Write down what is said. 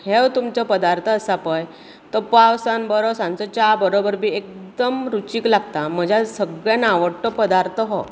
ह्यो तुमचो पदार्थ आसा पळय तो पावसांत सांजचो च्या बरोबर बी एकदम रूचीक लागता म्हज्या सगळ्यांत आवडटो पदार्थ तो हो